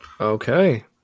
Okay